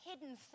hidden